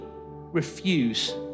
refuse